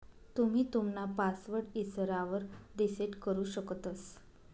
तुम्ही तुमना पासवर्ड इसरावर रिसेट करु शकतंस